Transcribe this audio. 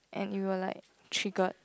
and it will like triggered